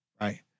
right